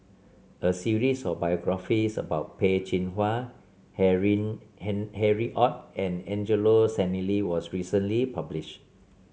a series of biographies about Peh Chin Hua Harry Han Harry Ord and Angelo Sanelli was recently published